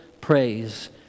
praise